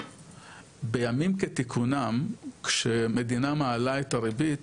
בימים כתיקונם כשמדינה מעלה את הריבית,